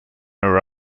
her